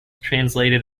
translated